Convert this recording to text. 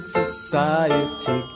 society